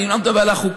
אני לא מדבר על החוקה,